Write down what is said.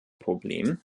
problem